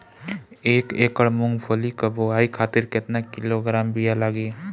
एक एकड़ मूंगफली क बोआई खातिर केतना किलोग्राम बीया लागी?